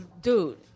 Dude